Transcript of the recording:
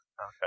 Okay